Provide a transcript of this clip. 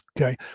okay